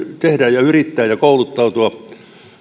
tehdä ja yrittää ja kouluttautua